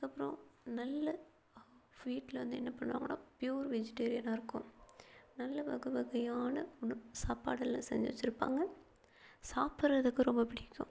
அதுக்கப்புறோம் நல்ல வீட்டில் வந்து என்ன பண்ணுவாங்கன்னால் ப்யூர் வெஜிடேரியனாக இருக்கும் நல்ல வகை வகையான உணவு சாப்பாடு எல்லாம் செஞ்சு வெச்சுருப்பாங்க சாப்பிடறதுக்கு ரொம்ப பிடிக்கும்